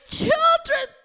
children